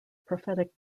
prophetic